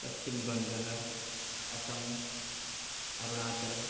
पश्चिम बङ्गः असम् अरुणाचल्